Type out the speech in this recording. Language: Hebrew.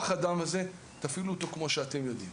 האדם הזה ותפעילו אותו כמו שאתם יודעים".